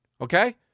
okay